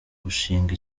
gushinga